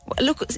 look